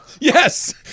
Yes